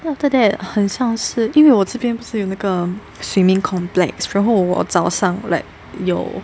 then after that 很像是因为我这边不是有那个 swimming complex 然后我早上 like 有